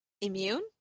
immune